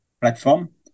platform